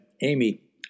Amy